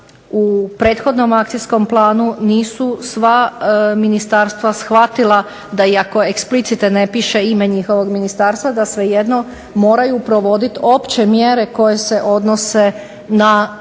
u prethodnom akcijskom planu nisu sva ministarstva shvatila da iako explicite ne piše ime njihovog ministarstva da svejedno moraju provoditi opće mjere koje se odnose na